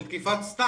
של תקיפה סתם,